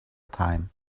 time